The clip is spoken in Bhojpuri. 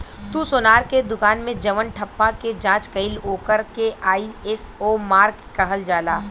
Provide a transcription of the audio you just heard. तू सोनार के दुकान मे जवन ठप्पा के जाँच कईल ओकर के आई.एस.ओ मार्क कहल जाला